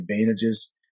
advantages